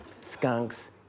Skunks